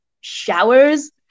showers